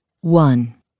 One